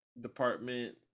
department